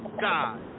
God